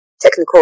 technical